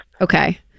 Okay